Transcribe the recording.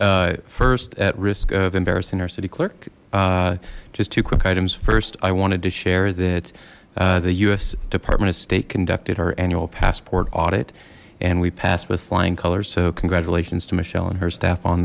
mayor first at risk of embarrassing our city clerk just two quick items first i wanted to share that the u s department of state conducted our annual passport audit and we passed with flying colors so congratulations to michelle and her staff on